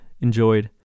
enjoyed